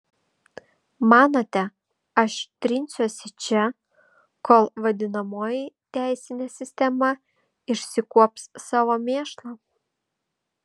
manote aš trinsiuosi čia kol vadinamoji teisinė sistema išsikuops savo mėšlą